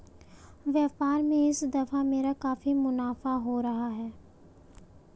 व्यापार में इस दफा मेरा काफी मुनाफा हो रहा है